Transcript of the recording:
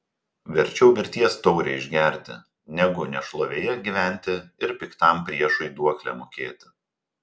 verčiau mirties taurę išgerti negu nešlovėje gyventi ir piktam priešui duoklę mokėti